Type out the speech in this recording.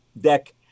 deck